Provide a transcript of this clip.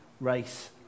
race